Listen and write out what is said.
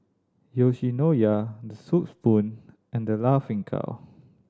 Yoshinoya The Soup Spoon and The Laughing Cow